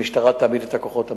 המשטרה תעמיד את הכוחות המתאימים.